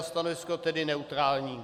Stanovisko tedy neutrální.